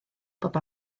bob